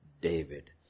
David